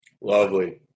Lovely